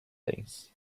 things